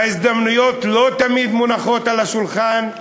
וההזדמנויות לא תמיד מונחות על השולחן,